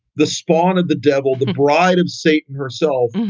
the spawn of the devil, the bride of satan herself.